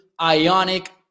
Ionic